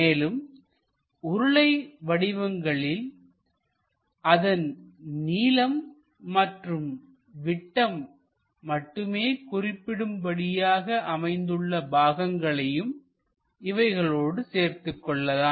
மேலும் உருளை வடிவங்களில் அதன் நீளம் மற்றும் விட்டம் மட்டுமே குறிப்பிடும்படியாக அமைந்துள்ள பாகங்களையும் இவைகளோடு சேர்த்துக்கொள்ளலாம்